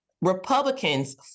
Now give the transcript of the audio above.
Republicans